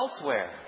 elsewhere